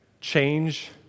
Change